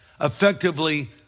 effectively